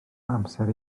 amser